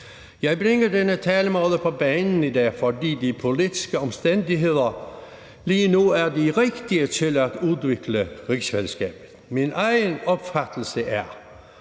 Jeg bringer den talemåde på banen i dag, fordi de politiske omstændigheder lige nu er de rigtige til at udvikle rigsfællesskabet. Min egen opfattelse er,